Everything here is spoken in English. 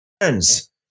friends